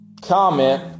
comment